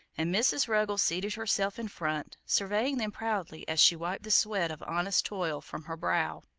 and mrs. ruggles seated herself in front, surveying them proudly as she wiped the sweat of honest toil from her brow.